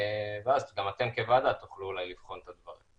ואז גם אתם כוועדה תוכלו אולי לבחון את הדברים.